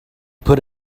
put